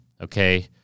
okay